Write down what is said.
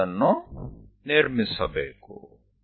ನಾವು ಅದನ್ನು ನಿರ್ಮಿಸಬೇಕು